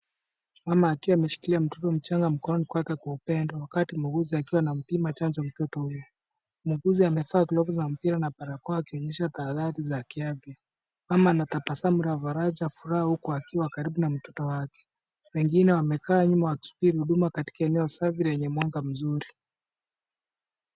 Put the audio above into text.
Mama akiwa ameshikilia mtoto mchanga mkononi mwake kwa upendo, wakati muuguzi akiwa anampima chanjo mtoto huyo. Muuguzi amevaa glavu za mpira na barakoa akionyesha tahadhari za kiafya, mama ana tabasamu la faraja furaha huku akiwa karibu na mtoto wake, wengine wamekaa nyuma wakisubiri huduma katika eneo safi lenye mwanga mzuri.